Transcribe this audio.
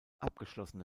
abgeschlossene